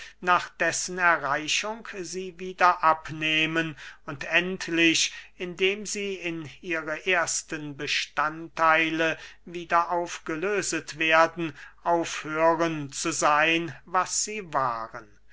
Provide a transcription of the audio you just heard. nach dessen erreichung sie wieder abnehmen und endlich indem sie in ihre ersten bestandtheile wieder aufgelöset werden aufhören zu seyn was sie waren